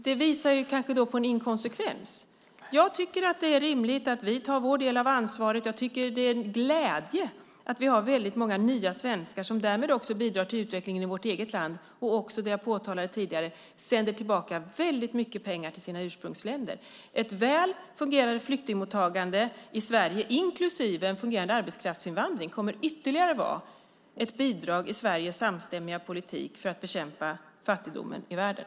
Det visar kanske på en inkonsekvens. Jag tycker att det är rimligt att vi tar vår del av ansvaret. Jag tycker att det är glädjande att vi har väldigt många nya svenskar som därmed också bidrar till utvecklingen i vårt eget land och som också, vilket jag påtalade tidigare, sänder tillbaka väldigt mycket pengar till sina ursprungsländer. Ett väl fungerande flyktingmottagande i Sverige, inklusive en fungerande arbetskraftsinvandring, kommer ytterligare att vara ett bidrag i Sveriges samstämmiga politik för att bekämpa fattigdomen i världen.